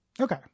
Okay